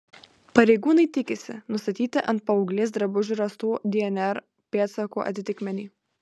pareigūnai tikisi nustatyti ant paauglės drabužių rastų dnr pėdsakų atitikmenį